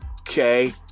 Okay